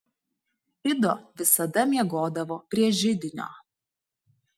ido visada miegodavo prie židinio